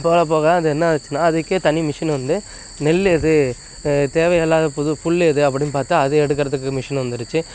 போகப் போக அது என்ன ஆச்சுன்னா அதுக்கே தனி மிஷினு வந்து நெல் எது தேவையில்லாத புது புல்லு எது அப்படின்னு பார்த்து அதை எடுக்குறதுக்கு மிஷினு வந்துருச்சு